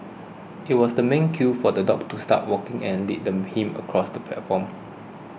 it was the man's cue for the dog to start walking and lead them him across the platform